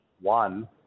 one